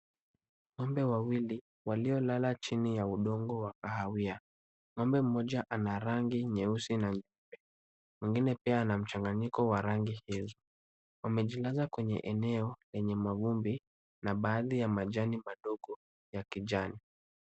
Ng'ombe wawili waliolala kwenye udongo wa kahawia. Ng'ombe mmoja ana rangi nyeupe na mwingine pia ana rangi nyeusi. Wamejilaza kwenye eneo lenye mavumbi na baaadhi ya majani madogo ya kijani.